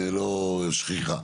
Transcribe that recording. לא שכיחה.